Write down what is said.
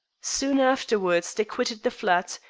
soon afterwards they quitted the flat,